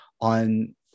on